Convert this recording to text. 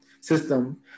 system